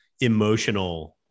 emotional